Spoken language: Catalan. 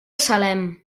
salem